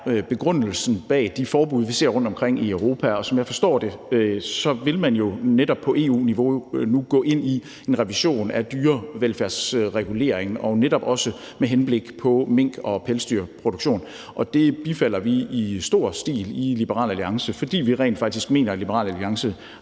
begrundelsen for de forbud, vi ser rundtomkring i Europa. Og som jeg forstår det, vil man jo på EU-niveau nu gå ind i en revision af dyrevelfærdsreguleringen, netop også med henblik på mink-og pelsdyrproduktion. Det bifalder vi i stor stil i Liberal Alliance, fordi vi rent faktisk mener, at Liberal Alliance